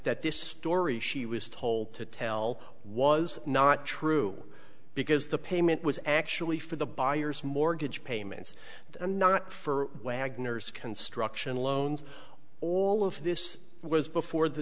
that this story she was told to tell was not true because the payment was actually for the buyer's mortgage payments and not for wagner's construction loans all of this was before the